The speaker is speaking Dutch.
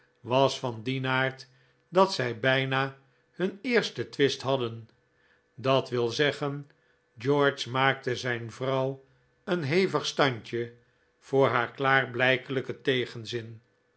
was van dien aard dat zij bijna hun eersten twist hadden dat wil zeggen george maakte zijn vrouw een hevig standje voor haar klaarblijkelijken tegenzin